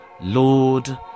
Lord